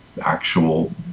actual